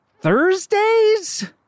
Thursdays